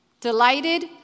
delighted